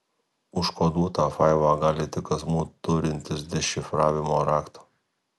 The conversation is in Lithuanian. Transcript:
užkoduotą failą gali tik asmuo turintis dešifravimo raktą